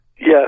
Yes